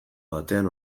batean